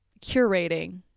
curating